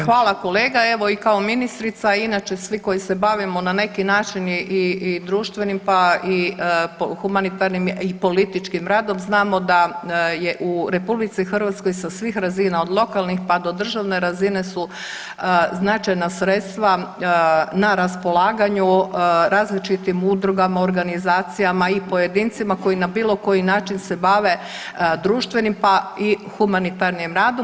Hvala kolega, evo i kao ministrica, a i inače svi koji se bavimo na neki način i društvenim, pa i humanitarnim i političkim radom znamo da je u RH sa svih razina od lokalnih pa do državne razine su značajna sredstva na raspolaganju različitim udrugama, organizacijama i pojedincima koji na bilo koji način se bave društvenim, pa i humanitarnom radom.